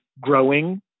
growing